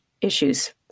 issues